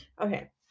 Okay